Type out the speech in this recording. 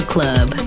Club